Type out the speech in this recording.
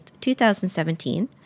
2017